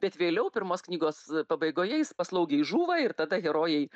bet vėliau pirmos knygos pabaigoje jis paslaugiai žūva ir tada herojai